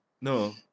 no